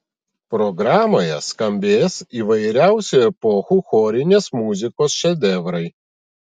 programoje skambės įvairiausių epochų chorinės muzikos šedevrai